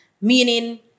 meaning